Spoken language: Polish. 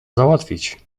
załatwić